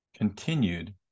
continued